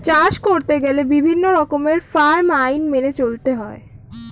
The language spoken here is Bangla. চাষ করতে গেলে বিভিন্ন রকমের ফার্ম আইন মেনে চলতে হয়